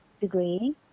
degree